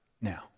now